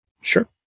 sure